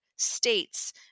states